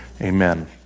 Amen